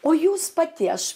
o jūs pati aš